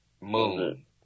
Moon